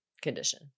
condition